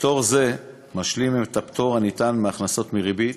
פטור זה משלים את הפטור הניתן מהכנסות מריבית